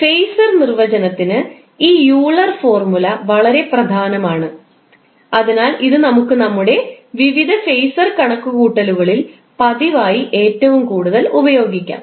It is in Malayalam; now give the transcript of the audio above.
ഫേസർ നിർവചനത്തിന് ഈ ഓയിലർ ഫോർമുല വളരെ പ്രധാനമാണ് അതിനാൽ ഇത് നമുക്ക് നമ്മുടെ വിവിധ ഫേസർ കണക്കുകൂട്ടലുകളിൽ പതിവായി ഏറ്റവും കൂടുതൽ ഉപയോഗിക്കാം